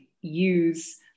use